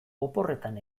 oporretan